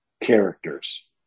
characters